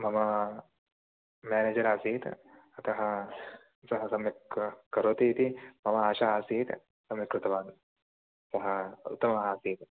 मम म्यानेजर् आसीत् अतः सः सम्यक् करोतीति मम आशा आसीत् सम्यक् कृतवान् सः उत्तमः आसीत्